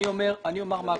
אני אומר מה הקושי.